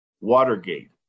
Watergate